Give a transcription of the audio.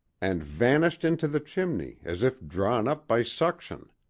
and vanished into the chimney as if drawn up by suction.